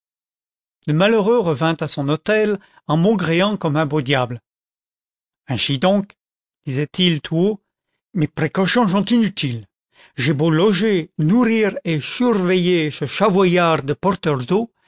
lé malheureux verrat a son nôtel en maugréant comme un beau diable ainchi donc disait-il tout haut mes pré cauchions chont inutiles j'ai beau loger nourrir et churveiller che chavoyard de porteur d'eau